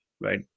right